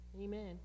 amen